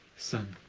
son,